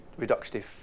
reductive